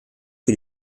für